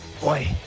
Boy